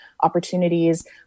opportunities